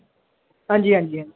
हां जी हां जी